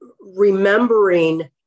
remembering